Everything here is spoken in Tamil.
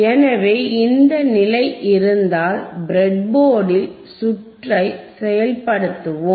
எனவே இந்த நிலை இருந்தால் பிரெட்போர்டில் சுற்றை செயல்படுத்துவோம்